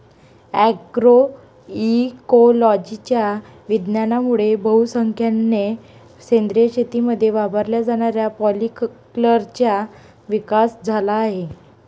अग्रोइकोलॉजीच्या विज्ञानामुळे बहुसंख्येने सेंद्रिय शेतीमध्ये वापरल्या जाणाऱ्या पॉलीकल्चरचा विकास झाला आहे